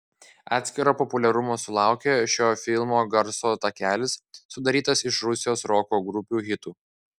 atskiro populiarumo sulaukė šio filmo garso takelis sudarytas iš rusijos roko grupių hitų